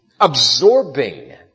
absorbing